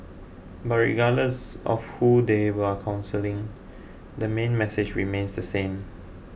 but regardless of who they are counselling the main message remains the same